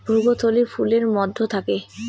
ভ্রূণথলি ফুলের মধ্যে থাকে